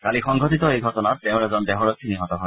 কালি সংঘটিত এই ঘটনাত তেওঁৰ এজন দেহৰক্ষী নিহত হয়